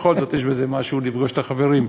בכל זאת יש בזה משהו, לפגוש את החברים.